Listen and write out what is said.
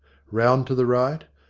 round to the right.